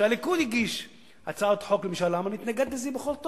אם ביבי נתניהו ירצה מחר לוותר או למסור את אריאל או את